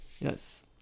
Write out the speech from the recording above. Yes